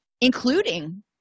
including